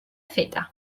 feta